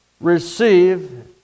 Receive